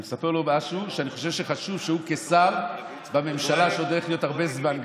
אני מספר לו משהו שאני חושב שכשר בממשלה שעוד הולכת להיות הרבה זמן,